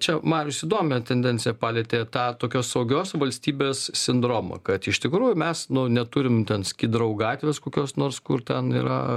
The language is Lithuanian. čia marius įdomią tendenciją palietė tą tokios saugios valstybės sindromą kad iš tikrųjų mes nu neturim ten skidrau gatvės kokios nors kur ten yra